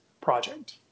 Project